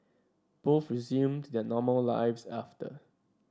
both resumed their normal lives after